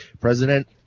president